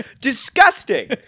disgusting